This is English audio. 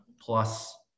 plus